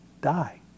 die